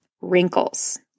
wrinkles